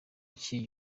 iki